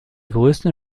größten